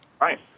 Right